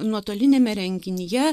nuotoliniame renginyje